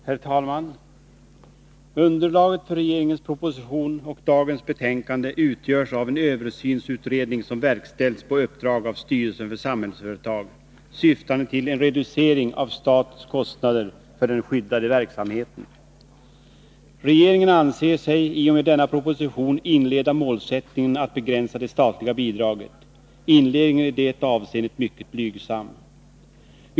Herr talman! Underlaget för regeringens proposition och dagens betänkande utgörs av en översynsutredning, som verkställts på uppdrag av styrelsen för Samhällsföretag, syftande till en reducering av statens kostnader för den skyddade verksamheten. Regeringen anser sig i och med denna proposition börja inleda arbetet på att fullfölja målsättningen att begränsa det statliga bidraget. Inledningen är i det avseendet mycket blygsam.